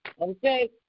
Okay